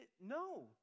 No